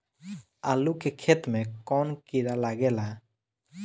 आलू के खेत मे कौन किड़ा लागे ला?